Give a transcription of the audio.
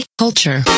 culture